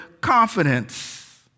confidence